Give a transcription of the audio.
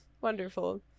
Wonderful